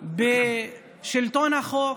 בשלטון החוק,